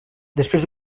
després